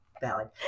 Valid